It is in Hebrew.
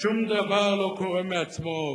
שום דבר לא קורה מעצמו.